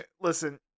Listen